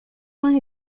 points